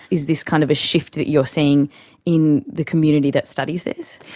is this kind of a shift that you're seeing in the community that studies this?